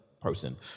person